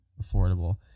affordable